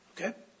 Okay